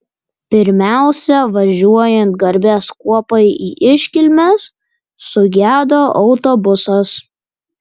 pirmiausia važiuojant garbės kuopai į iškilmes sugedo autobusas